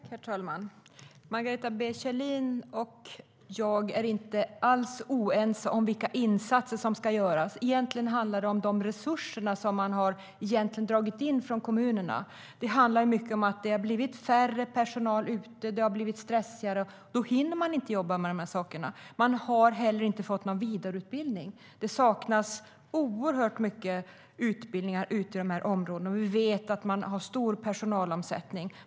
Herr talman! Margareta B Kjellin och jag är inte alls oense om vilka insatser som ska göras. Det handlar om de resurser som man har dragit in från kommunerna. Det handlar mycket om att det har blivit färre i personalen ute och stressigare, och då hinner de inte jobba med dessa saker. De har heller inte fått någon vidareutbildning. Det saknas oerhört många utbildningar inom dessa områden, och vi vet att man har stor personalomsättning.